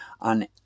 on